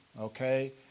okay